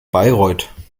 bayreuth